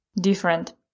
Different